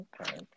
Okay